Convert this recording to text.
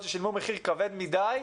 שוב,